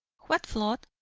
what flood?